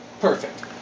Perfect